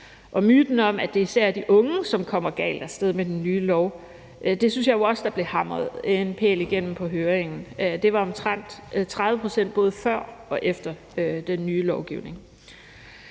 Og myten om, at det især er de unge, som kommer galt af sted med den nye lov, synes jeg jo også der blev hamret en pæl igennem ved høringen; det var omtrent 30 pct. både før og efter den nye lovgivning.